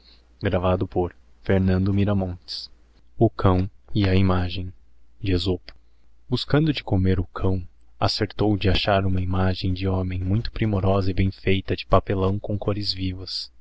e a imagem buscando de comer o cão acertou de acliar huma imrgem de homem muito primorosa e bem feita de pade esopo fii pelão com cores vivas